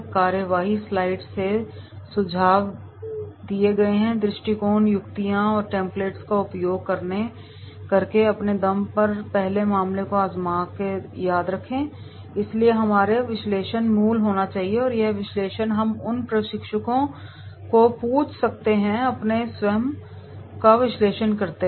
कार्यवाही स्लाइड्स से सुझाए गए दृष्टिकोण युक्तियों और टेम्पलेट्स का उपयोग करके अपने दम पर पहले मामले को आज़माना याद रखें इसलिए हमारा विश्लेषण मूल होना चाहिए और यह विश्लेषण हम उन प्रशिक्षुओं से पूछ सकते हैं जो कि अपना स्वयं का विश्लेषण करते है